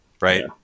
right